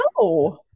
No